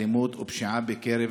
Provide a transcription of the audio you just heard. אלימות ופשיעה בקרב